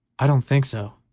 i don't think so,